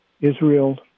Israel